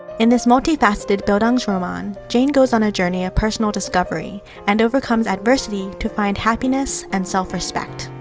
in this multifaceted bildungsroman, jane goes on a journey of personal discovery and overcomes adversity to find happiness and self-respect.